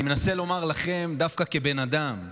אני מנסה לומר לכם דווקא כבן אדם,